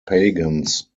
pagans